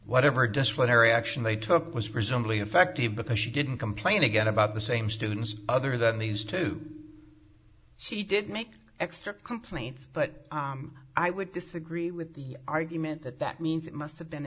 whatever disciplinary action they took was presumably effective because she didn't complain again about the same students other than these two she did make extra complaints but i would disagree with the argument that that means it must have been